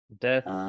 Death